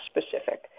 specific